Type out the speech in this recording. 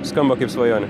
skamba kaip svajonė